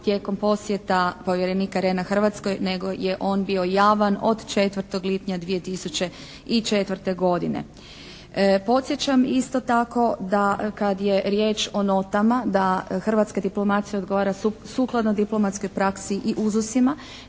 tijekom posjeta povjerenika Rehna Hrvatskoj nego je on bio javan od 4. lipnja 2004. godine. Podsjećam isto tako da kad je riječ o notama da hrvatska diplomacija odgovara sukladno diplomatskoj praksi i UZUS-ima